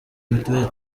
mitiweli